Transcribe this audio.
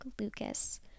Lucas